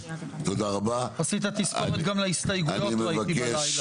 עשית תספורת גם להסתייגויות, ראיתי בלילה.